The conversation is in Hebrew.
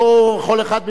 כל אחד במקומו,